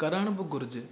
करण बि घुरिजे